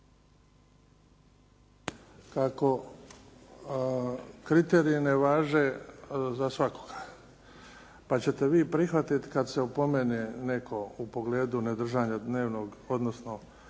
kako kriteriji ne važe za svakoga, pa ćete vi prihvatiti kad se opomene netko u pogledu ne držanja dnevnog, odnosno